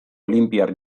olinpiar